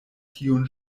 tiun